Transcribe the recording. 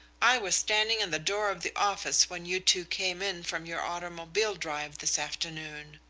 i was standing in the door of the office when you two came in from your automobile drive this afternoon.